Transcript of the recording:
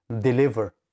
deliver